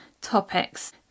topics